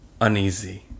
uneasy